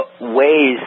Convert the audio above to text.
ways